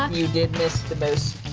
um you did miss the most